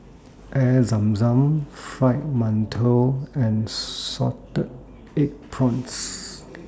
Air Zam Zam Fried mantou and Salted Egg Prawns